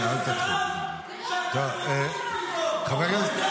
די, נמאס לנו מכם, מחריבי הבית.